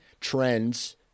trends